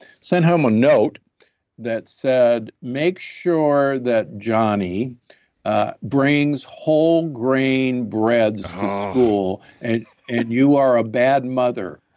sent home a note that said, make sure that johnny ah brain's whole grain breads school, and and you are a bad mother.